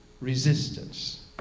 resistance